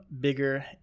bigger